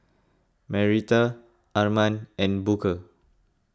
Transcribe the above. Marietta Arman and Booker